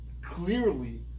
clearly